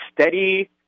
steady